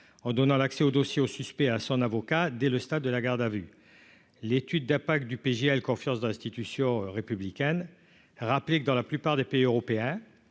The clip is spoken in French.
en donnant l'accès au dossier au suspect à son avocat dès le stade de la garde à vue, l'étude d'impact du PGA elle confiance dans l'institution républicaine rappeler que dans la plupart des pays européens